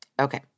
Okay